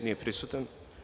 Nije prisutan.